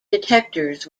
detectors